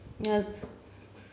ya